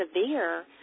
severe